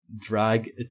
drag